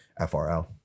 frl